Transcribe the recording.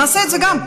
נעשה גם את זה,